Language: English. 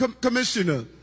commissioner